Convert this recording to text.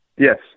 Yes